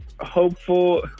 hopeful